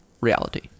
reality